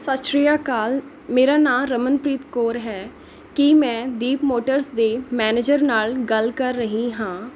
ਸਤਿ ਸ਼੍ਰੀ ਅਕਾਲ ਮੇਰਾ ਨਾਂ ਰਮਨਪ੍ਰੀਤ ਕੌਰ ਹੈ ਕੀ ਮੈਂ ਦੀਪ ਮੋਟਰਜ਼ ਦੇ ਮੈਨੇਜਰ ਨਾਲ਼ ਗੱਲ ਕਰ ਰਹੀ ਹਾਂ